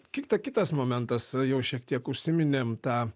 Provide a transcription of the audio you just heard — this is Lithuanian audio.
kita kitas momentas jau šiek tiek užsiminėm tą